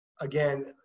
again